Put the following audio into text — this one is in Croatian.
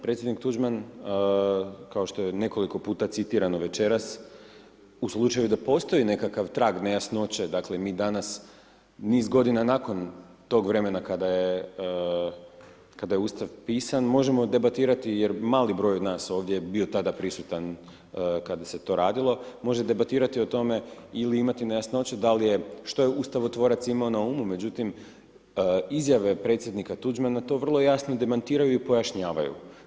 Predsjednik Tuđman, kao što je nekoliko puta citirano večeras, u slučaju da postoji nekakav trag nejasnoće, dakle mi danas, niz godina nakon tog vremena kada je, kada je Ustav pisan, možemo debatirati, jer mali broj od nas ovdje je bio tada prisutan kad se to radilo, može debatirati o tome ili imati nejasnoće da li je, što je ustavotvorac imao na umu, međutim izjave predsjednika Tuđmana to vrlo jasno demantiraju i pojašnjavaju.